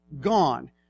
Gone